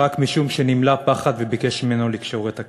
רק משום שנמלא פחד וביקש שיקשור את הכלב.